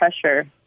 pressure